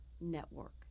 network